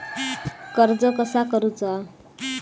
कर्ज कसा करूचा?